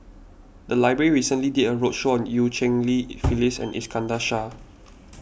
the library recently did a roadshow on Eu Cheng Li Phyllis and Iskandar Shah